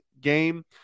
game